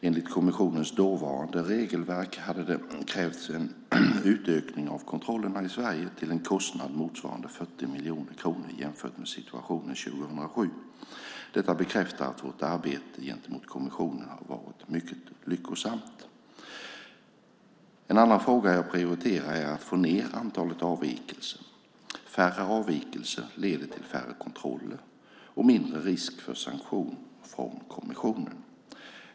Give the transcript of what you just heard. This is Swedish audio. Enligt kommissionens dåvarande regelverk hade det krävts en utökning av kontrollerna i Sverige, till en kostnad motsvarande 40 miljoner kronor, jämfört med situationen 2007. Detta bekräftar att vårt arbete gentemot kommissionen har varit mycket lyckosamt. En annan fråga som jag prioriterar är att få ned antalet avvikelser. Färre avvikelser leder till färre kontroller och mindre risk för sanktion från kommissionen.